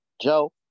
Joe